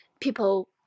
people